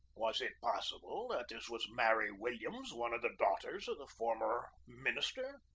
was it pos sible that this was mary williams, one of the daugh ters of the former minister?